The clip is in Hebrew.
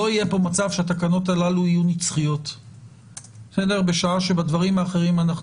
לא יהיה פה מצב שהתקנות הללו יהיו נצחיות בשעה שבדברים אחרים אנחנו